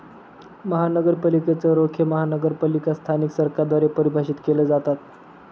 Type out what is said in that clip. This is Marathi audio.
महानगरपालिकेच रोखे महानगरपालिका स्थानिक सरकारद्वारे परिभाषित केले जातात